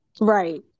Right